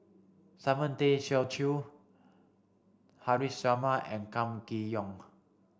Simon Tay Seong Chee Haresh Sharma and Kam Kee Yong